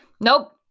nope